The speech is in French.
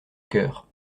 cœur